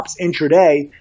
intraday